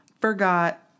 forgot